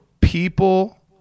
people